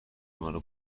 مرا